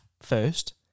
first